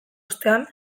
ostean